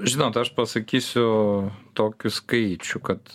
žinot aš pasakysiu tokių skaičių kad